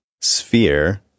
sphere